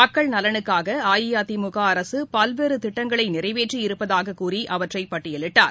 மக்கள் நலனுக்காக அஇஅதிமுக அரசு பல்வேறு திட்டங்களை நிறைவேற்றியிருப்பதாக கூறி அவற்றை பட்டியலிட்டார்